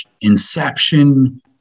Inception